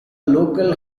local